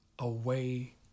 away